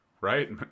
right